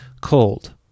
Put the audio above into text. cold